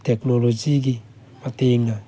ꯇꯦꯛꯅꯣꯂꯣꯖꯤꯒꯤ ꯃꯇꯦꯡꯅ